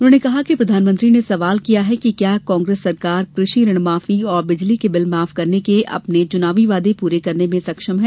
उन्होंने कहा कि प्रधानमंत्री ने सवाल किया है कि क्या कांग्रेस सरकार कृषि ऋणमाफी और बिजली के बिल माफ करने के अपने चुनावी वादे पूरे करने में सक्षम है